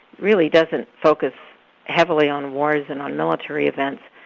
really doesn't focus heavily on wars and on military events,